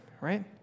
Right